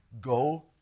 go